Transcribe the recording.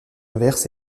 inverse